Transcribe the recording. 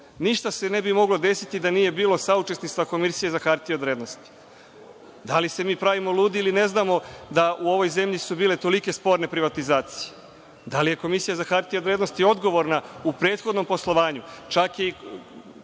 Ništa se ne bi moglo desiti da nije bilo saučesnika Komisije za hartije od vrednosti. Da li se mi pravimo ludi ili ne znamo da u ovoj zemlji su bile tolike sporne privatizacije? Da li je Komisija za hartije od vrednosti odgovorna u prethodnom poslovanju? Čak je